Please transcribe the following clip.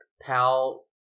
Pal